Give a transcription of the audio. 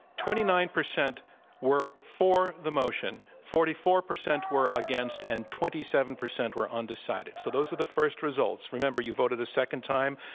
twenty nine percent were for the motion, forty four percent were against, and twenty seven percent were undecided. so those are the first results. remember, you voted a second time.